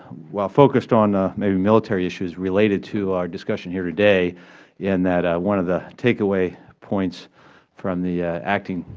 while focused on maybe military issues, related to our discussion here today in that one of the takeaway points from the acting